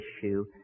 issue